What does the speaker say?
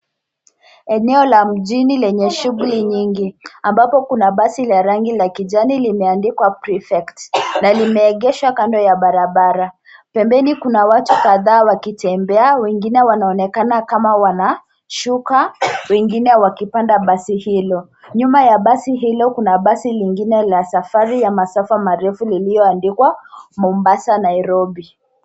Eneo la mjini lenye shughuli nyingi, ambapo kuna basi lenye rangi la kijani, limeandikwa prefect , na limeegeshwa kando ya barabara. Pembeni kuna watu kadhaa wakitembea, wengine wanaonekana kama wanashuka, wengine wakipanda basi hilo. Nyuma ya basi hilo kuna basi lingine la safari ya masafa marefu lilioandikwa Mombasa- Nairobi.